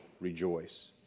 rejoice